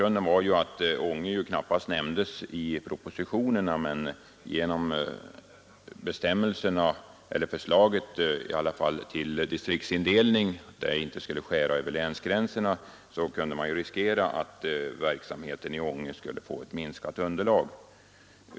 Läget var ju det att Ånge knappast nämndes i propositionerna men att man, eftersom förslaget till distriktsindelning inte skulle skära över länsgränserna, kunde riskera att verksamheten i Ånge skulle få ett minskat underlag.